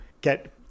get